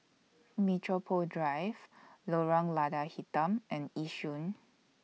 Metropole Drive Lorong Lada Hitam and Yishun